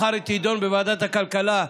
מחר היא תידון בוועדת הכלכלה.